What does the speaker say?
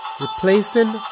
replacing